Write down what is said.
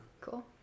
Cool